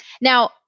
Now